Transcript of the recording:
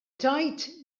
tgħid